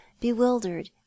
bewildered